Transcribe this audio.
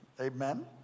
Amen